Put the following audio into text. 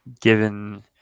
given